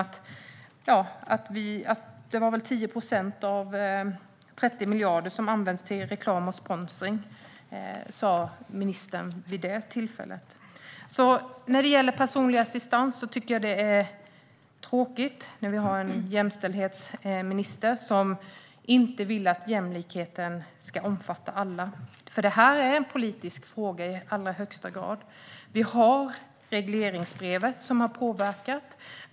Av 30 miljarder används 10 procent till reklam och sponsring, sa ministern vid det tillfället. När det gäller personlig assistans är det tråkigt att vi har en jämställdhetsminister som inte vill att jämlikheten ska omfatta alla. Det är en politisk fråga i allra högsta grad. Vi har regleringsbrevet som har påverkat.